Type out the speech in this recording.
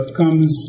comes